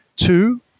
Two